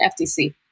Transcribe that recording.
FTC